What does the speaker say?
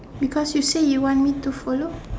because you said you want me to follow